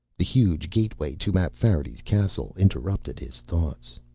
the huge gateway to mapfarity's castle interrupted his thoughts.